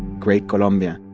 great colombia